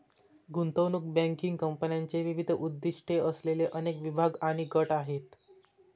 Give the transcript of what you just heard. गुंतवणूक बँकिंग कंपन्यांचे विविध उद्दीष्टे असलेले अनेक विभाग आणि गट आहेत